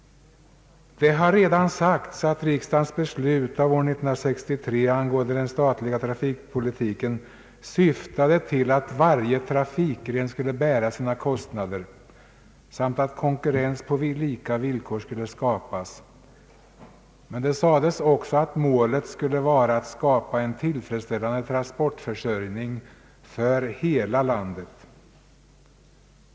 Det har redan sagts att riksdagens beslut av år 1963 angående den statliga trafikpolitiken syftade till att varje trafikgren skulle bära sina kostnader samt att konkurrens på lika villkor skulle skapas. Men det sades också att målet skulle vara att skapa en tillfredsställande transportförsörjning för hela landet.